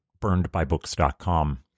burnedbybooks.com